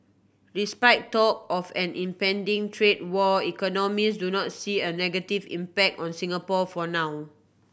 despite talk of an impending trade war economists do not see a negative impact on Singapore for now